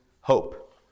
hope